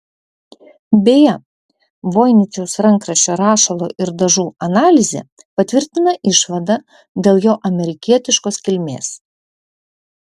beje voiničiaus rankraščio rašalo ir dažų analizė patvirtina išvadą dėl jo amerikietiškos kilmės